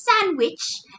sandwich